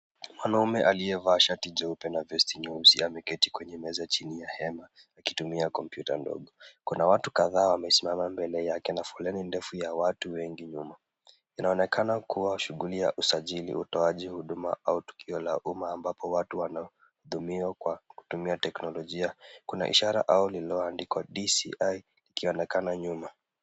Mwanamume aliyevaa shati jeupe na vesti nyeusi ameketi kwenye meza chini ya hema akitumia kompyuta ndogo. Kuna watu kadhaa wamesimama mbele yake na foleni ndefu ya watu wengi nyuma . Inaonekana kuwa shughuli ya usajili utoaji huduma au tukio la umma ambapo watu wanahudumiwa kwa kutumia teknolojia. Kuna ishara iliyoandikwa DCI ikionekana nyuma.